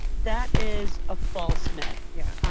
that is a false myth. yeah